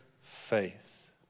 faith